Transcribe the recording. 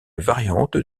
variante